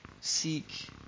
Seek